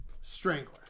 Strangler